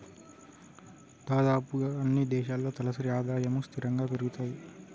దాదాపుగా అన్నీ దేశాల్లో తలసరి ఆదాయము స్థిరంగా పెరుగుతది